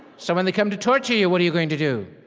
so when they come to torture you, what are you going to do?